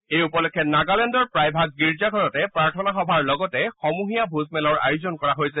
এই উপলক্ষে নগালেণ্ডৰ প্ৰায়ভাগ গীৰ্জা ঘৰতে প্ৰাৰ্থনা সভাৰ লগতে সমূহীয়া ভোজমেলৰ আয়োজন কৰা হৈছে